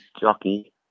jockey